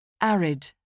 Arid